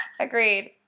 Agreed